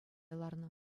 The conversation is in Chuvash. ларнӑ